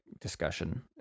discussion